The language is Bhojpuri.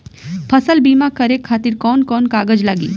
फसल बीमा करे खातिर कवन कवन कागज लागी?